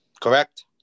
correct